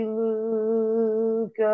look